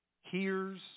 hears